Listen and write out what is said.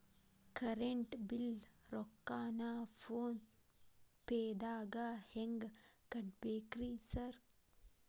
Current bill ರೊಕ್ಕಾನ phone ಪೇದಾಗ ಹೆಂಗ್ ಕಟ್ಟಬೇಕ್ರಿ ಸರ್?